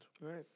Right